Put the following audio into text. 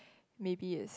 maybe is